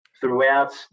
throughout